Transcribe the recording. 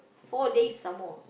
four day some more